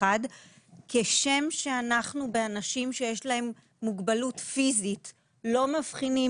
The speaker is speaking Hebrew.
כשם שאנחנו באנשים שיש להם מוגבלות פיזית לא מבחינים